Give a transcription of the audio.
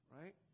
right